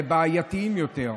לבעייתיים יותר.